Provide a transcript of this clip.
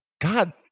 God